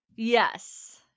Yes